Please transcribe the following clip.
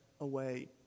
away